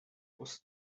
was